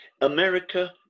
America